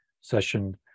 session